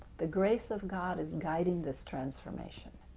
the grace of god is guiding this transformation.